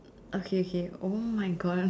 okay okay !oh-my-God!